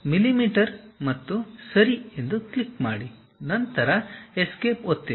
ಆದ್ದರಿಂದ ಮಿಲಿಮೀಟರ್ ಮತ್ತು ಸರಿ ಕ್ಲಿಕ್ ಮಾಡಿ ನಂತರ ಎಸ್ಕೇಪ್ ಒತ್ತಿರಿ